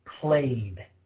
played